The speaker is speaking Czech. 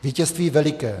Vítězství veliké.